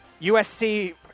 USC